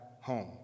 home